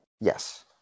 Yes